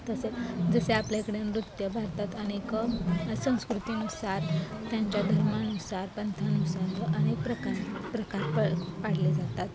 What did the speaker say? तसे जसे आपल्याकडे नृत्य भारतात अनेक संस्कृतीनुसार त्यांच्या धर्मानुसार पंथानुसार अनेक प्रकार प्रकार प पाडले जातात